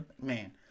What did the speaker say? Man